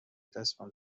دستمال